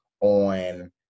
on